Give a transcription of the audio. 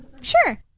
Sure